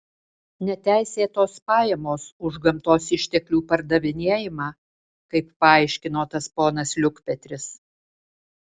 neteisėtos pajamos už gamtos išteklių pardavinėjimą kaip paaiškino tas ponas liukpetris